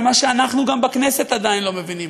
ומה שאנחנו גם בכנסת עדיין לא מבינים,